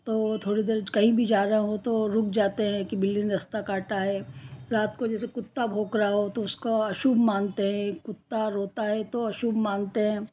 तो थोड़ा देर कहीं भी जा रहे हो तो रुक जाते हैं कि बिल्ली ने रस्ता काटा है रात को जैसे कुत्ता भौंक रहा हो तो उसको अशुभ मानते हैं कुत्ता रोता है तो अशुभ मानते हैं